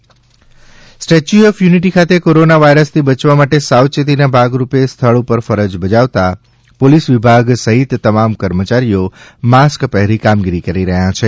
stay ચ્યુ of Unity Statue of Unity ખાતે corona વાયરસથી બચવા માટે સાવચેતીના ભાગરૂપે સ્થળ ઉપર ફરજ બજાવતા પોલીસ વિભાગ સહિતના તમામ કર્મચારીઓ માસ્ક પહેરી કામગીરી કરી રહ્યા છે